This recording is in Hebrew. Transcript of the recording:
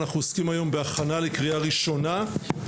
אנחנו עוסקים היום בהכנה לקריאה ראשונה.